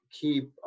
keep